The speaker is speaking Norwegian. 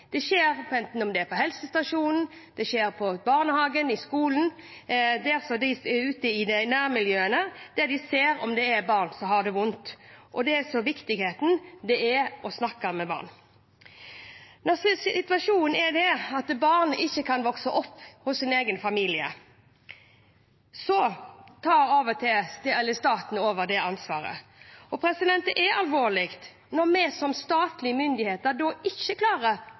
arbeidet skjer alltid ute i kommunene, enten det er på en helsestasjon, i barnehagen eller i skolen, ute i nærmiljøet, der man kan se om det er barn som har det vondt. Det viktige er å snakke med barna. Når situasjonen er slik at et barn ikke kan vokse opp hos sin egen familie, tar staten over det ansvaret. Da er det alvorlig når vi som statlige myndigheter ikke klarer